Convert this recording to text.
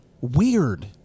weird